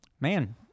man